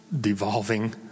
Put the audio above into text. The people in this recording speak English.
devolving